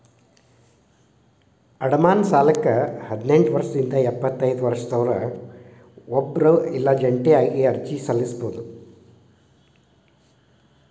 ಅಡಮಾನ ಸಾಲಕ್ಕ ಹದಿನೆಂಟ್ ವರ್ಷದಿಂದ ಎಪ್ಪತೈದ ವರ್ಷದೊರ ಒಬ್ರ ಇಲ್ಲಾ ಜಂಟಿಯಾಗಿ ಅರ್ಜಿ ಸಲ್ಲಸಬೋದು